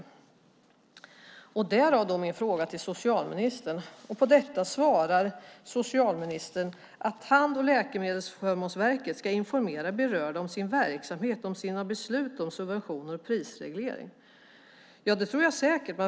Därför har jag ställt denna interpellation till socialministern. Han svarar att "Tandvårds och läkemedelsförmånsverket, TLV, ska informera berörda om sin verksamhet och om sina beslut om subventionering och prisreglering". Ja, det tror jag säkert.